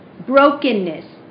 brokenness